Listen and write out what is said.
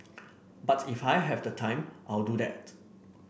but if I have the time I'll do that